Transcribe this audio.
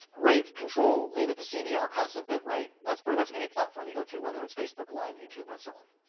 rate control, leave it to cbr, constant bit rate. that's pretty much any platform you go to, whether it's facebook live, youtube and so on.